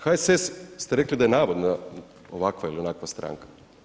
HSS ste rekli da je navodno ovakva ili onakva stranka.